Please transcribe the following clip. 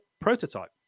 Prototype